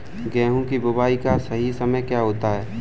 गेहूँ की बुआई का सही समय क्या है?